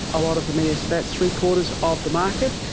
a lot of them anyway, so that's three-quarters of the market.